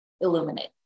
illuminate